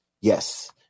Yes